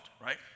right